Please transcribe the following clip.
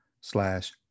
slash